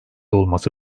olması